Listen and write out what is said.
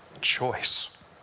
choice